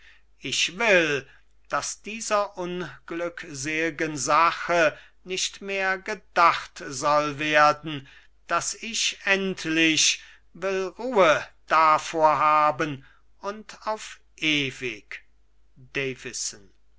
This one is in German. ich will daß dieser unglücksel'igen sache nicht mehr gedacht soll werden daß ich endlich will ruhe davor haben und auf ewig